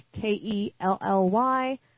K-E-L-L-Y